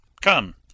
Come